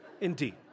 Indeed